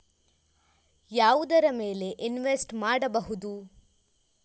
ಯಾವುದರ ಮೇಲೆ ಇನ್ವೆಸ್ಟ್ ಮಾಡಬಹುದು?